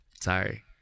Sorry